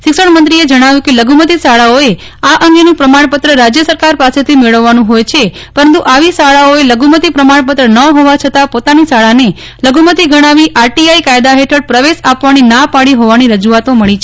શિક્ષણમંત્રીએ જણાવ્યું કે લઘુમતી શાળાઓએ આ અંગેનું પ્રમાણપત્ર રાજ્ય સરકાર પાસેથી મેળવવાનું હોય છે પરંતુ આવી શાળાઓએ લઘુમતી પ્રમાજ્ઞપત્ર ન હોવા છતાં પોતાની શાળાને લઘુમતિ ગજ્ઞાવી આરટીઆઈ કાયદા હેઠળ પ્રવેશ આપવાની ના પાડી હોવાની રજૂઆતો મળી છે